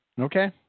Okay